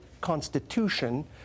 constitution